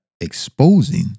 exposing